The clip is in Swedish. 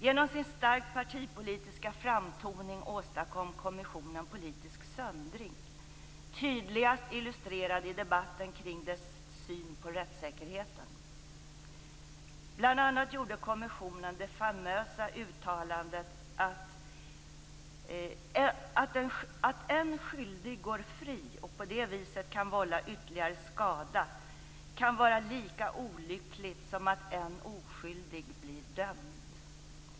Genom sin starkt partipolitiska framtoning åstadkom kommissionen politisk söndring, tydligast illustrerad i debatten kring dess syn på rättssäkerheten. Kommissionen gjorde bl.a. det famösa uttalandet om "att en skyldig går fri och på det viset kan vålla ytterligare skada kan vara lika olyckligt som att en oskyldig blir dömd".